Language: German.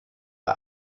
bei